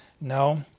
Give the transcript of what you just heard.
No